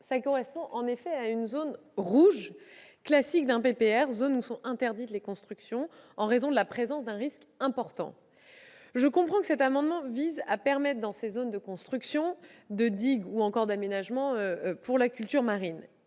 correspondent en effet à une zone rouge classique d'un PPR, où sont interdites les constructions en raison de la présence d'un risque important. Je comprends que ces amendements visent à permettre, dans ces zones, la construction de digues ou d'aménagements pour la culture marine,